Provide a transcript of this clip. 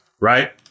right